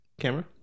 camera